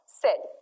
cell